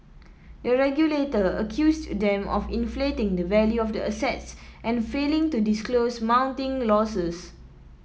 the regulator accused them of inflating the value of the assets and failing to disclose mounting losses